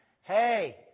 Hey